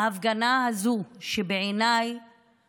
ההפגנה הזאת היא בעיניי